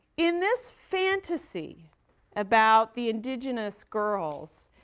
in this fantasy about the indigenous girls,